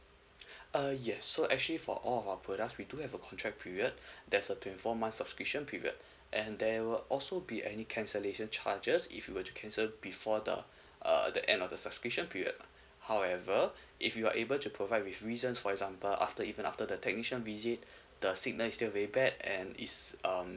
uh yes so actually for all our products we do have a contract period there's a twenty four months subscription period and there will also be any cancellation charges if you were to cancel before the uh the end of the subscription period however if you are able to provide with reasons for example after even after the technician visit the signal is still very bad and is um